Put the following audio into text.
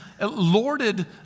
lorded